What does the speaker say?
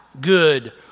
good